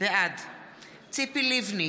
בעד ציפי לבני,